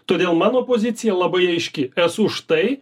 todėl mano pozicija labai aiški esu už tai